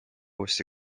uuesti